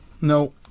No